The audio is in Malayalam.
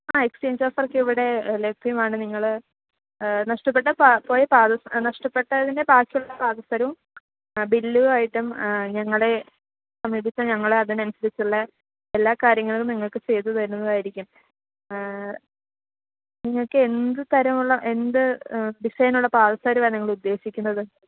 ആ എക്സ്ചേഞ്ച് ഓഫറെക്കെ ഇവിടെ ലഭ്യമാണ് നിങ്ങൾ നഷ്ടപ്പെട്ട പാ പോയ പാദസരം നഷ്ടപ്പെട്ടതിന്റെ ബാക്കിയുള്ള പാദസരവും ബില്ലുമായിട്ടും ഞങ്ങളുടെ മേടിച്ചാൽ ഞങ്ങൾ അതിന് അനുസരിച്ചുള്ള എല്ലാ കാര്യങ്ങളും നിങ്ങൾക്ക് ചെയ്ത് തരുന്നതായിരിക്കും നിങ്ങൾക്ക് എന്ത് തരം ഉള്ള എന്ത് ഡിസൈനൊള്ള പാദസരമാണ് നിങ്ങൾ ഉദ്ദേശിക്കുന്നത്